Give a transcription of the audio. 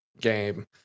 game